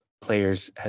players